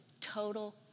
total